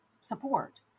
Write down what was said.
support